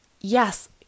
yes